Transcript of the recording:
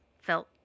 felt